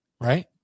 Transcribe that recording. right